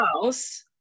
house